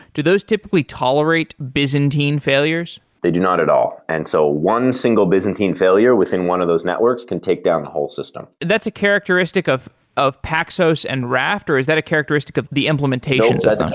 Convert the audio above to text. do those typically tolerate byzantine failures? they do not at all. and so one single byzantine failure within one of those networks can take down the whole system. that's a characteristic of of paxox and raft, or is that a characteristic of the implementations no. um